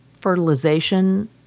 fertilization